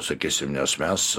sakysim nes mes